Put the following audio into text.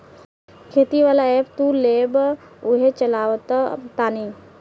खेती वाला ऐप तू लेबऽ उहे चलावऽ तानी